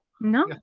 no